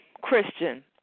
Christian